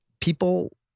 people